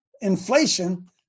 inflation